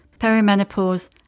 perimenopause